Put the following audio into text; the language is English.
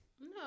No